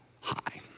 high